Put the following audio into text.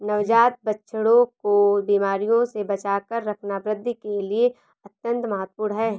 नवजात बछड़ों को बीमारियों से बचाकर रखना वृद्धि के लिए अत्यंत महत्वपूर्ण है